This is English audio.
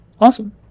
Awesome